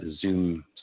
zoom